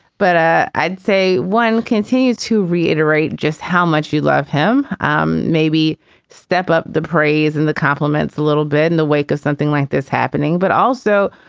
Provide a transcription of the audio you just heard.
but ah i'd say one continue to reiterate just how much you love him. um maybe step up the praise and the compliments a little bit in the wake of something like this happening. but also,